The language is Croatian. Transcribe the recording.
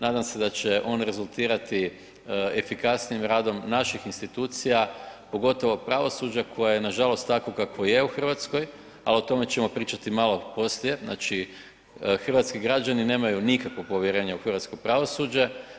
Nadam se da će on rezultirati efikasnijim radom naših institucija, pogotovo pravosuđa koje je nažalost takvo kakvo je u Hrvatskoj, a o tome ćemo pričati malo poslije, znači, hrvatski građani nemaju nikakvo povjerenje u hrvatsko pravosuđe.